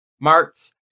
marks